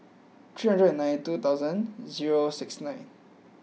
three three nine two thousand zero six nine